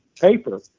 paper